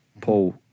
Paul